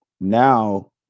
now